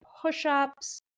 push-ups